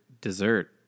dessert